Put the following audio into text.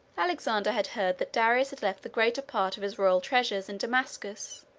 alexander had heard that darius had left the greater part of his royal treasures in damascus,